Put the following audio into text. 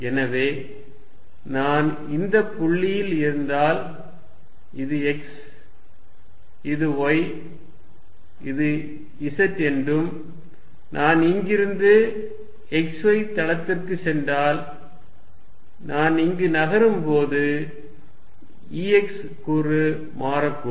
எனவே நான் இந்த புள்ளியில் இருந்தால் இது x இது y இது z என்றும் நான் இங்கிருந்து x z தளத்திற்கு சென்றால் நான் இங்கு நகரும்போது E x கூறு மாறக்கூடும்